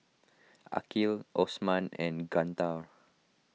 Aqil Osman and Guntur